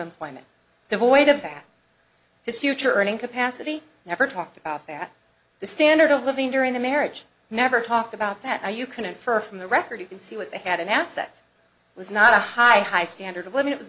employment devoid of his future earning capacity never talked about that the standard of living during the marriage never talked about that or you can infer from the record you can see what they had in assets was not a high high standard of living it was